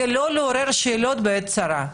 וזאת כדי לא לעורר שאלות בעת צרה.